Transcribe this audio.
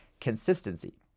consistency